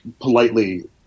politely